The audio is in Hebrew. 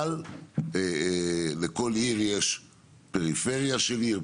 אבל לכל עיר יש פריפריה של עיר,